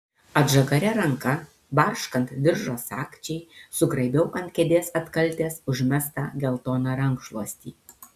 atžagaria ranka barškant diržo sagčiai sugraibiau ant kėdės atkaltės užmestą geltoną rankšluostį